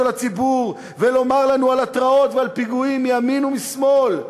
לציבור ולומר לנו על התרעות ועל פיגועים מימין ומשמאל.